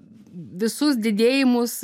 visus didėjimus